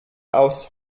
aus